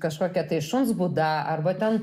kažkokia tai šuns būda arba ten